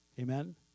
Amen